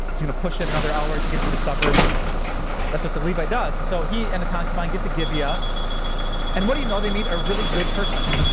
he's going to push it another hour to get to the suburbs that's what the levite does. and so he and the concubine get to gibeah and what do you know they meet a really good person.